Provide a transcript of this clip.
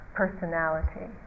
personality